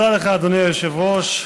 תודה לך, אדוני היושב-ראש.